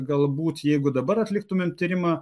galbūt jeigu dabar atliktumėm tyrimą